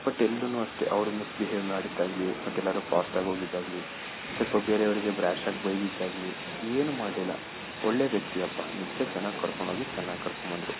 but ಎಲ್ಲೂ ಅಷ್ಟೇ ಅವ್ರು ಮಿಸ್ ಬಿಹೇವ್ ಮಾಡಿದ್ದಾಗಲಿ ಮತ್ತು ಎಲ್ಲಾದ್ರು ಫಾಸ್ಟಾಗಿ ಹೋಗಿದ್ದಾಗಲಿ ಸ್ವಲ್ಪ ಬೇರೆಯವರಿಗೆ ರ್ಯಾಶ್ ಆಗಿ ಬೈದಿದ್ದಾಗಲಿ ಏನು ಮಾಡಲಿಲ್ಲ ಒಳ್ಳೆ ವ್ಯಕ್ತಿ ಅಪ್ಪ ನಿಜ ಚೆನ್ನಾಗಿ ಕರ್ಕೊಂಡು ಹೋಗಿ ಚೆನ್ನಾಗಿ ಕರ್ಕೊಂಡು ಬಂದರು